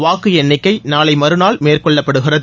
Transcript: வாக்கு எண்ணிக்கை நாளை மறுநாள் மேற்கொள்ளப்படுகிறது